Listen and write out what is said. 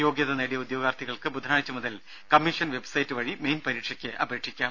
യോഗ്യത നേടിയ ഉദ്യോഗാർത്ഥികൾക്ക് ബുധനാഴ്ച മുതൽ കമ്മീഷൻ വെബ്സൈറ്റ് വഴി മെയിൻ പരീക്ഷയ്ക്ക് അപേക്ഷിക്കാം